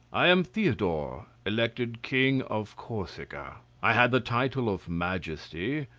i am theodore, elected king of corsica i had the title of majesty,